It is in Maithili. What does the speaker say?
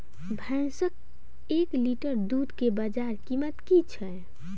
भैंसक एक लीटर दुध केँ बजार कीमत की छै?